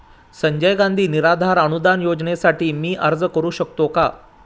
संजय गांधी निराधार अनुदान योजनेसाठी मी अर्ज करू शकतो का?